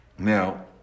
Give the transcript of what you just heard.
Now